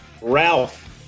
Ralph